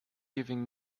giving